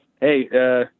Hey